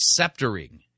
sceptering